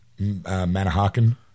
Manahawkin